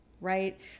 right